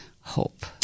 hope